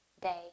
day